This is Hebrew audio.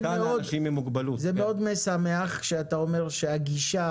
בעיניי זה מאוד משמח כשאתה אומר שהגישה